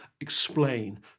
explain